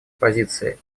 позиции